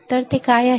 तर ते काय आहे